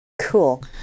Cool